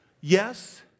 Yes